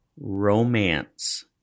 Romance